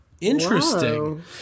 Interesting